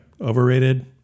Overrated